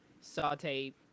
saute